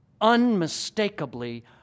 unmistakably